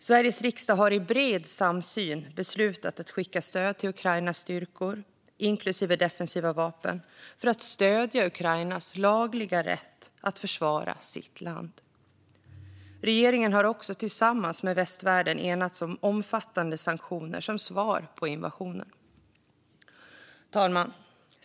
Sveriges riksdag har i bred samsyn beslutat att skicka stöd till Ukrainas styrkor, inklusive defensiva vapen, för att stödja Ukrainas lagliga rätt att försvara sitt land. Regeringen har också, tillsammans med västvärlden, enats om omfattande sanktioner som svar på invasionen. Herr talman!